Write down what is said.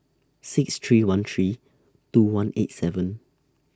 six three one three two one eight seven